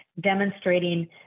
demonstrating